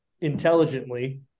intelligently